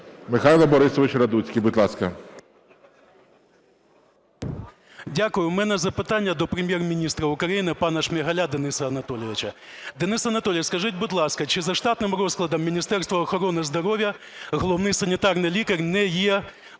Дякую. В мене запитання до Прем'єр-міністра України пана Шмигаля Дениса Анатолійовича. Денис Анатолійович, скажіть, будь ласка, чи за штатним розкладом Міністерства охорони здоров'я Головний санітарний лікар не є працівником